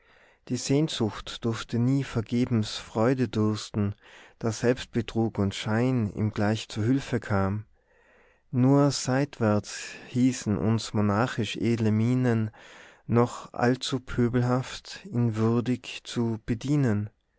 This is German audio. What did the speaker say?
die sehnsucht durfte nie vergebens freude dürsten da selbstbetrug und schein ihm gleich zu hülfe kam nur seitwärts hießen uns monarchisch edle mienen noch allzu pöbelhaft ihn würdig zu bedienen